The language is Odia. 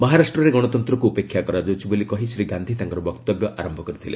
ମହାରାଷ୍ଟ୍ରରେ ଗଣତନ୍ତ୍ରକୁ ଉପେକ୍ଷା କରାଯାଇଛି ବୋଲି କହି ଶ୍ରୀ ଗାନ୍ଧି ତାଙ୍କର ବକ୍ତବ୍ୟ ଆରମ୍ଭ କରିଥିଲେ